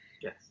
Yes